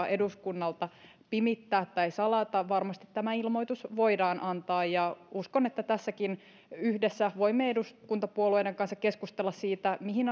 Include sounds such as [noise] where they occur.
[unintelligible] eduskunnalta tietoa pimittää tai salata varmasti tämä ilmoitus voidaan antaa ja uskon että tässäkin voimme yhdessä eduskuntapuolueiden kanssa keskustella siitä mihin [unintelligible]